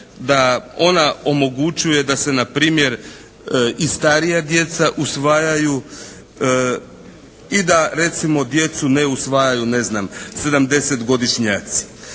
da ona omogućuje da se npr. i starija djeca usvajaju i da recimo djecu ne usvajaju ne znam 70-godišnjaci.